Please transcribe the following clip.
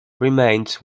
remains